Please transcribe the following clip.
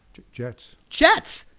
jets! jets!